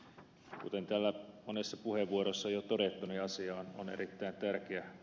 kuten täällä monessa puheenvuorossa on jo todettu asia on erittäin tärkeä